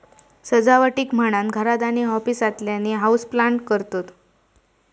सजावटीक म्हणान घरात आणि ऑफिसातल्यानी हाऊसप्लांट करतत